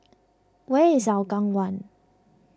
where is Hougang one